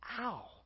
ow